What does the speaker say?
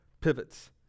pivots